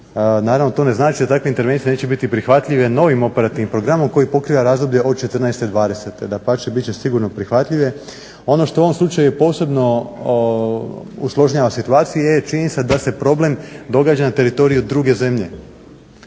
Naravno to ne znači da takve intervencije neće biti prihvatljive novim operativnim programom koji pokriva razdoblje od 14.20. dapače bit će sigurno prihvatljive. Ono što u ovom slučaju je posebno usložnjava situaciji je činjenica da se problem događa na teritoriju druge zemlje.